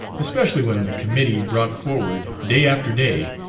especially when the committee brought forward, day after day,